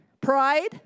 Pride